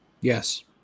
Yes